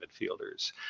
midfielders